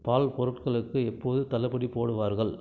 பால் பொருட்களுக்கு எப்போது தள்ளுபடி போடுவார்கள்